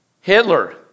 Hitler